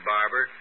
Barber